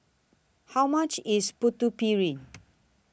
How much IS Putu Piring